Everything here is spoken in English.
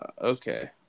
Okay